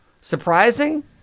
Surprising